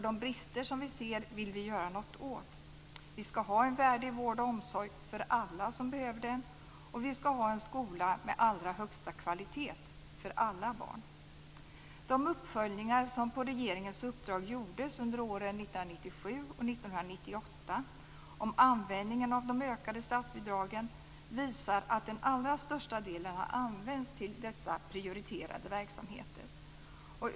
De brister som vi ser vill vi göra något åt. Vi ska ha en värdig vård och omsorg för alla som behöver den. Vi ska ha en skola med allra högsta kvalitet för alla barn. De uppföljningar som på regeringens uppdrag gjordes under åren 1997 och 1998 om användningen av de ökade statsbidragen visar att den allra största delen använts till dessa prioriterade verksamheter.